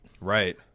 Right